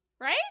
right